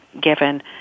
given